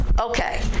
Okay